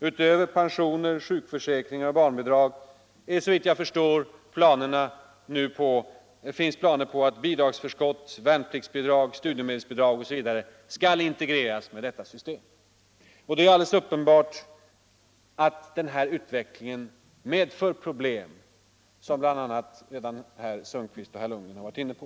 Utöver pensioner, sjukförsäkringar och barnbidrag finns det, såvitt jag förstår, planer på att bidragsförskott, värnpliktsbidrag, studiemedel osv. skall integreras med detta system. Det är alldeles uppenbart att den utvecklingen medför problem, vilket bl.a. herr Sundkvist och herr Lundgren i Kristianstad redan har varit inne på.